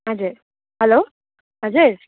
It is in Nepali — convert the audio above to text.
हजुर हेलो हजुर